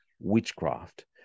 witchcraft